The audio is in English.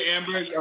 Amber